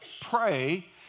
pray